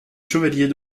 chevalier